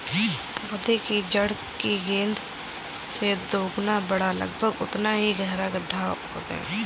पौधे की जड़ की गेंद से दोगुना बड़ा और लगभग उतना ही गहरा गड्ढा खोदें